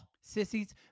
sissies